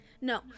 no